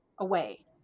away